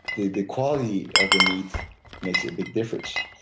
the the quality of the meat makes a big difference.